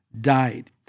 died